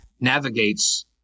navigates